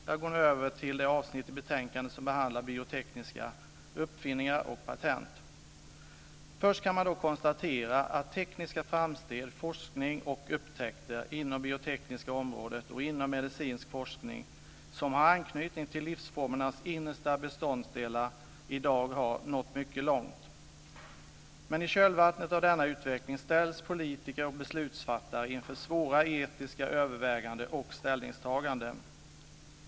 Jag går nu över till det avsnitt i betänkandet som behandlar biotekniska uppfinningar och patent. Först kan man konstatera att tekniska framsteg, forskning och upptäckter inom det biotekniska området och inom medicinsk forskning som har anknytning till livsformernas innersta beståndsdelar i dag har nått mycket långt. I kölvattnet av denna utveckling ställs dock politiker och beslutsfattare inför svåra etiska överväganden och ställningstaganden.